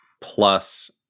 plus